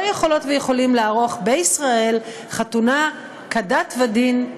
יכולות ויכולים לערוך בישראל חתונה כדת וכדין,